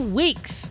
weeks